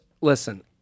listen